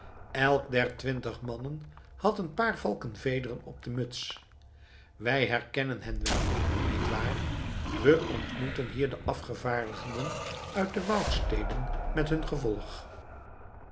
elk der twintig mannen had een paar valkenvederen op de muts wij herkennen hen wel nietwaar we ontmoeten hier de afgevaardigden uit de woudsteden met hun gevolg